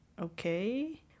okay